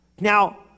Now